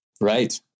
Right